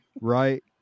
right